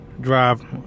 drive